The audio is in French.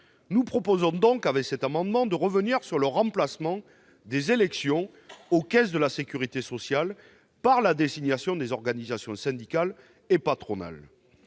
Nous proposons donc, avec cet amendement, de revenir sur le remplacement des élections aux caisses de la sécurité sociale par la désignation des organisations syndicales et patronales.